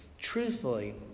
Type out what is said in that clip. truthfully